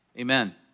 amen